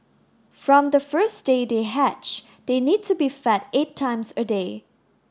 from the first day they hatch they need to be fed eight times a day